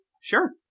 Sure